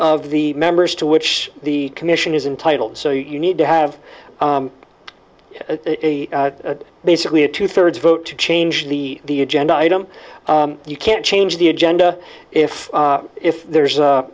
of the members to which the commission is entitled so you need to have a basically a two thirds vote to change the the agenda item you can't change the agenda if if there's